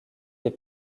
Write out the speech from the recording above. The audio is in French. les